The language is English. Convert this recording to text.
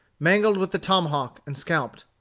mangled with the tomahawk, and scalped.